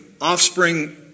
offspring